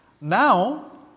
now